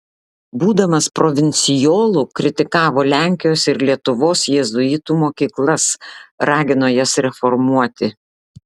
būdamas provincijolu kritikavo lenkijos ir lietuvos jėzuitų mokyklas ragino jas reformuoti